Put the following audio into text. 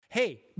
Hey